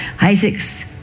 Isaac's